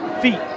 feet